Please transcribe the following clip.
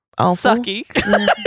sucky